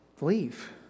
leave